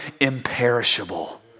imperishable